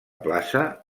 plaça